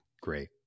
Great